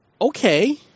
Okay